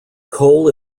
cole